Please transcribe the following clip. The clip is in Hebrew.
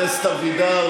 דודי.